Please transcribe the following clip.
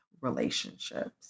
relationships